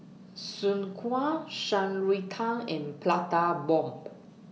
Soon Kway Shan Rui Tang and Plata Bomb